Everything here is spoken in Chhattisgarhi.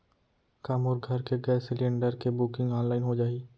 का मोर घर के गैस सिलेंडर के बुकिंग ऑनलाइन हो जाही?